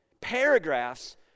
paragraphs